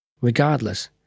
Regardless